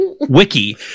Wiki